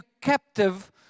captive